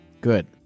Good